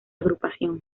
agrupación